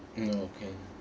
mm oh can